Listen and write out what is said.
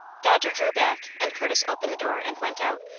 dodger drew back, and curtis opened the door and went out,